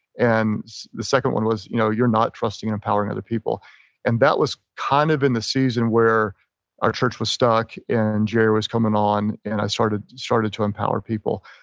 and the second one was you know you're not trusting and empowering other people and that was kind of in the season where our church was stuck. and jerry was coming on. and i started started to empower people.